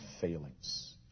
failings